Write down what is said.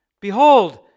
Behold